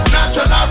Natural